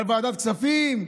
על ועדת כספים,